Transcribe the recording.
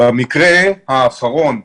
במקרה האחרון,